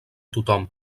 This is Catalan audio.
tothom